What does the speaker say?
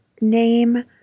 name